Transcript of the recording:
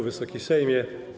Wysoki Sejmie!